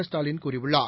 ஸ்டாலின் கூறியுள்ளார்